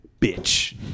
bitch